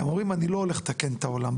הם אומרים שהם לא הולך לתקן את העולם,